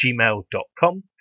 gmail.com